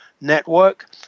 Network